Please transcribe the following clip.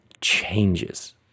changes